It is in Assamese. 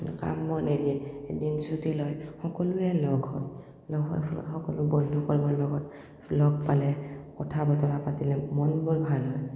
কাম বন এৰি এদিন চুটি লয় সকলোৱে লগ হয় লগ হোৱাৰ ফলত সকলো বন্ধুবৰ্গৰ লগত লগ পালে কথা বতৰা পাতিলে মনবোৰ ভাল হয়